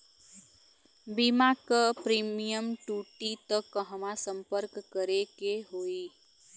बीमा क प्रीमियम टूटी त कहवा सम्पर्क करें के होई?